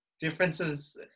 Differences